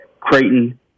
Creighton